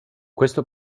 questo